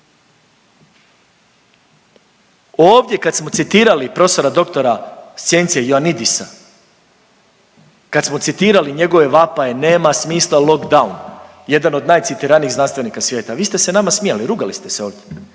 Ovdje kad smo citirali prof.dr.sc. Ioannidisa, kad smo citirali njegove vapaje nema smisla lockdown, jedan od najcitiranijih znanstvenika svijeta vi ste se nama smijali, rugali ste se ovdje,